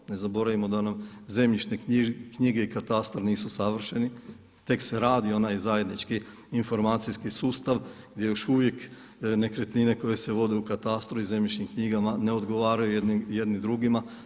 Ne zaboravimo da nam zemljišne knjige i katastar nisu savršeni, tek se radi onaj zajednički informacijski sustav gdje još uvijek nekretnine koje se vode u katastru i zemljišnim knjigama ne odgovaraju jedni drugima.